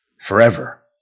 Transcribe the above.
forever